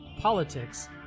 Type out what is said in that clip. politics